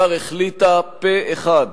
ובסופו של דבר החליטה פה אחד